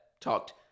talked